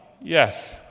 Yes